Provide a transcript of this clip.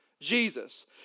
Jesus